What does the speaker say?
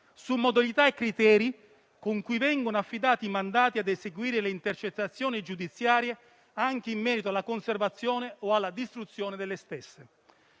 sulle modalità e i criteri con cui vengono affidati i mandati a eseguire le intercettazioni giudiziarie anche in merito alla conservazione o alla distruzione delle stesse.